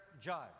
judge